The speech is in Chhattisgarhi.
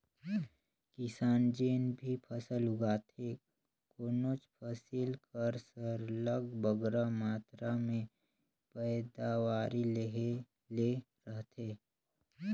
किसान जेन भी फसल उगाथे कोनोच फसिल कर सरलग बगरा मातरा में पएदावारी लेहे ले रहथे